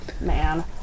Man